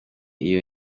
iyo